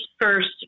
first